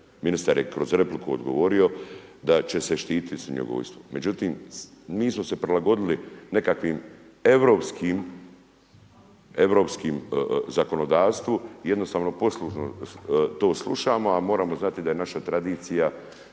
ministar je kroz repliku odgovorio da će se štititi svinjogojstvo. Međutim mi smo se prilagodili nekakvom europskom zakonodavstvu, jednostavno poslušno to slušamo a moramo znati da je naša tradicija,